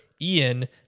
Ian